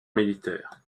militaire